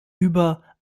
über